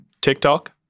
TikTok